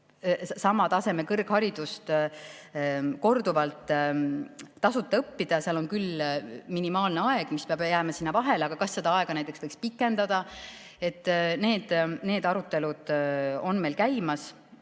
sama taseme kõrgharidust korduvalt tasuta omandada. Seal on küll minimaalne aeg, mis peab jääma vahele, aga kas seda aega võiks pikendada? Need arutelud on meil käimas